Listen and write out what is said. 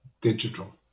digital